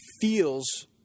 feels